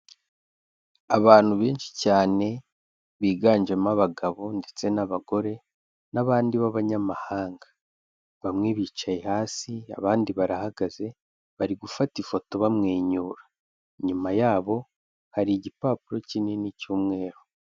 Abantu benshi cyane biganjemo abagabo ndetse n'abagore n'abandi b'abanyamahanga. Bamwe bicaye hasi, abandi barahagaze, bari gufata ifoto bamwenyura. Inyuma yabo hari igipapuro kinini cy'umweru.